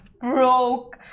broke